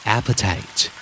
Appetite